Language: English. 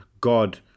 God